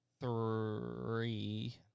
three